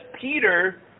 Peter